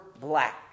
black